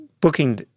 Booking